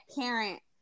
parent